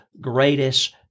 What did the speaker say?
greatest